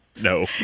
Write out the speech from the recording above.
No